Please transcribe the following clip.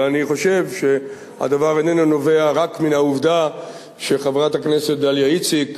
אני חושב שהדבר אינו נובע רק מהעובדה שחברת הכנסת דליה איציק,